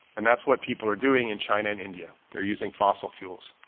and that's what people are doing in china. in india, they're using fossil fuels.